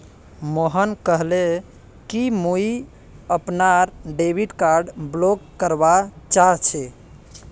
मोहन कहले कि मुई अपनार डेबिट कार्ड ब्लॉक करवा चाह छि